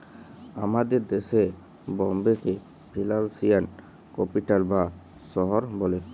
আমাদের দ্যাশে বম্বেকে ফিলালসিয়াল ক্যাপিটাল বা শহর ব্যলে